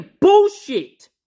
bullshit